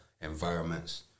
environments